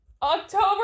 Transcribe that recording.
October